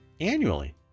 annually